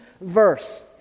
verse